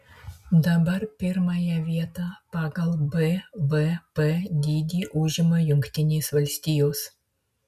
dabar pirmąją vietą pagal bvp dydį užima jungtinės valstijos